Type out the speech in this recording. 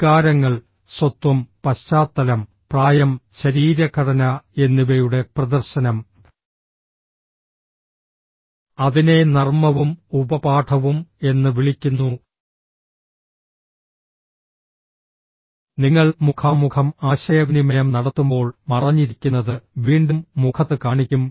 വികാരങ്ങൾ സ്വത്വം പശ്ചാത്തലം പ്രായം ശരീരഘടന എന്നിവയുടെ പ്രദർശനം അതിനെ നർമ്മവും ഉപപാഠവും എന്ന് വിളിക്കുന്നു നിങ്ങൾ മുഖാമുഖം ആശയവിനിമയം നടത്തുമ്പോൾ മറഞ്ഞിരിക്കുന്നത് വീണ്ടും മുഖത്ത് കാണിക്കും